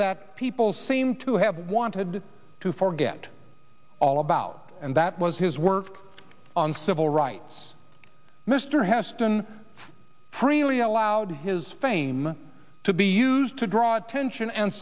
that people seem to have wanted to forget all about and that was his work on civil rights mr heston freely allowed his fame to be used to draw attention and